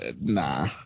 Nah